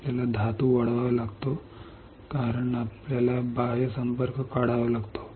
आपल्याला धातू वाढवावा लागतो कारण आपल्याला बाह्य संपर्क बरोबर घ्यावा लागतो